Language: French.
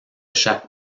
chaque